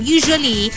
Usually